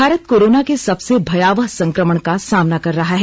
Bharat corona के सबसे भयावह संक्रमण का सामना कर रहा है